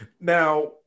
Now